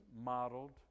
modeled